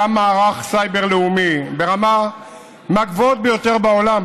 קם מערך סייבר לאומי ברמה מהגבוהות ביותר בעולם,